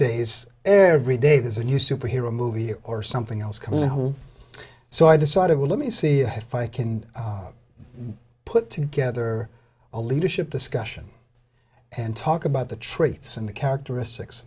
days every day there's a new superhero movie or something else coming in so i decided well let me see if i can put together a leadership discussion and talk about the traits and characteristics